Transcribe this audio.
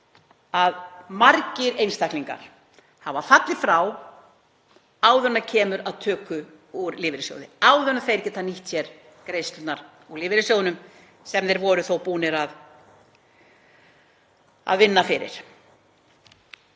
að margir einstaklingar hafa fallið frá áður en kemur að töku úr lífeyrissjóði, áður en þeir geta nýtt sér greiðslurnar úr lífeyrissjóðnum sem þeir voru þó búnir að vinna fyrir.